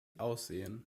aussehen